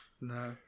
No